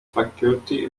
faculty